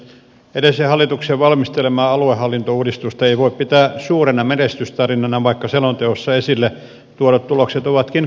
edellisen hallituksen valmistelemaa aluehallintouudistusta ei voi pitää suurena menestystarinana vaikka selonteossa esille tuodut tulokset ovatkin kohtalaisia